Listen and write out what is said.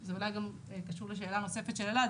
זה אולי גם קשור לשאלה נוספת של אלעד.